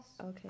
Okay